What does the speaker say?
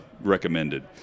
recommended